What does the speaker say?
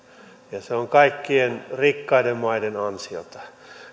ja se on kaikkien rikkaiden maiden ansiota